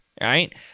right